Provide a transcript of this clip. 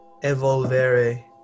evolvere